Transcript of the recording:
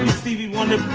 stevie wonder.